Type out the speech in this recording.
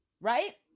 right